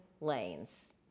lanes